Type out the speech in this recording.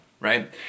Right